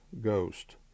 Ghost